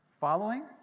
following